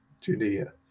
Judea